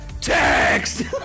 TEXT